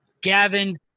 Gavin